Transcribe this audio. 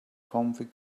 comfy